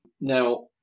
Now